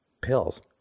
pills